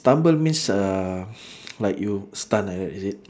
stumble means uh like you stun like that is it